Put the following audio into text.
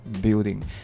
building